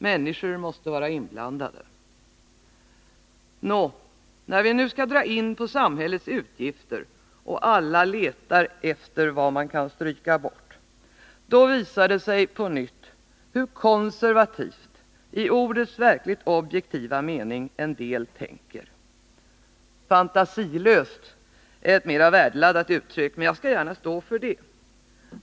Människor måste vara inblandade. När vi nu måste dra in på samhällets utgifter och alla letar efter utgiftsposter att stryka bort, visar det sig på nytt hur konservativt i ordets verkligt objektiva mening en del tänker. Fantasilöst är ett mera värdeladdat uttryck, men jag skall gärna stå för det.